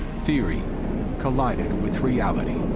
theory collided with reality.